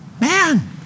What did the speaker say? Man